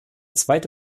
zweite